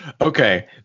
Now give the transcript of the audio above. Okay